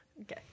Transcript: Okay